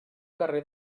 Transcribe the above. carrer